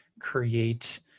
create